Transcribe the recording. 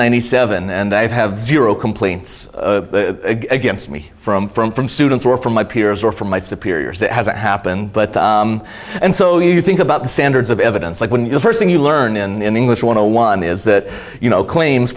hundred seven and i have zero complaints against me from from from students or from my peers or from my superiors that hasn't happened but and so you think about the standards of evidence like when you first thing you learn in the english want to one is that you know claims